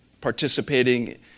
participating